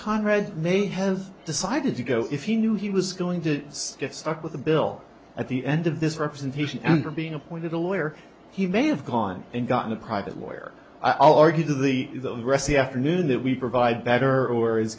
conrad may have decided to go if he knew he was going to get stuck with the bill at the end of this representation and her being appointed a lawyer he may have gone and gotten a private lawyer i'll argue to the rest the afternoon that we provide better or